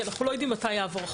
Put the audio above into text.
כי אנחנו לא יודעים מתי יעבור החוק.